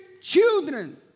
children